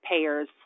payers